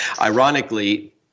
ironically